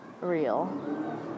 real